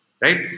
right